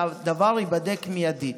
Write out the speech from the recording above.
והדבר ייבדק מיידית.